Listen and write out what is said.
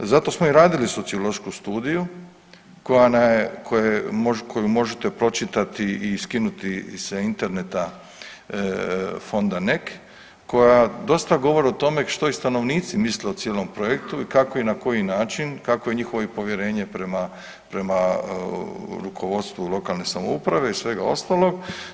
Zato smo i radili sociološku studiju koju možete pročitati i skinuti sa interneta Fonda NEK, koja dosta govori o tome što i stanovnici misle o cijelom projektu i kako i na koji način, kakvo je njihovo povjerenje prema rukovodstvu lokalne samouprave i svega ostalog.